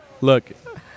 Look